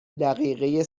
دقیقه